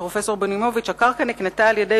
כותב פרופסור בונימוביץ: "הקרקע נקנתה על-ידי